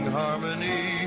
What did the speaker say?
harmony